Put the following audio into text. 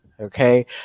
okay